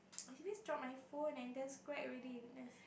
I accidentally drop my phone and there's crack already goodness